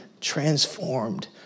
transformed